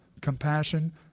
compassion